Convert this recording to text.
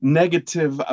negative